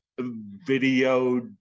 video